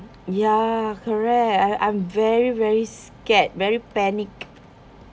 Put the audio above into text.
ya correct I I'm very very scared very panic